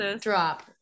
drop